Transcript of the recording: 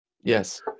Yes